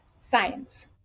science